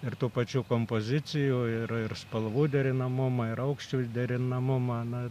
ir tų pačių kompozicijų ir ir spalvų derinamumą ir aukščių suderinamumą na